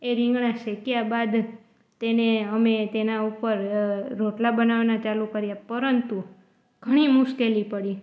એ રીંગણા શેક્યા બાદ તેને અમે તેના ઉપર રોટલા બનાવાના ચાલુ કર્યા પરંતુ ઘણી મુશ્કેલી પડી